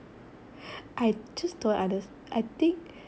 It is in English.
I just don't unders~ I think